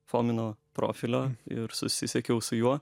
fomino profilio ir susisiekiau su juo